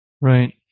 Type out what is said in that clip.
Right